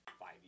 five